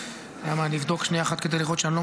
אני אבדוק שנייה אחת כדי לראות שאני לא